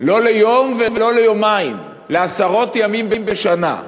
לא ליום ולא ליומיים, לעשרות ימים בשנה.